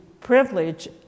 privilege